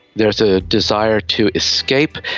there's a desire to escape,